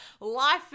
Life